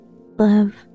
love